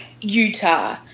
Utah